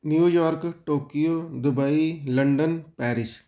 New York Tokyo Dubai London Paris